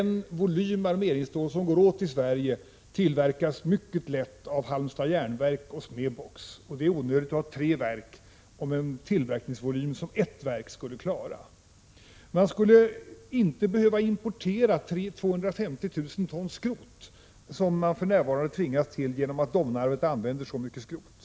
Den volym armeringsstål som går åt i Sverige tillverkas mycket lätt av Halmstads Järnverks AB och Sme-Box AB, och det är onödigt att tre verk tillverkar, om volymen kan klaras av ett verk. Man skulle inte behöva importera 250 000 ton skrot som man för närvarande måste göra, eftersom Domnarvet använder så mycket skrot.